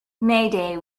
mayday